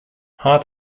hot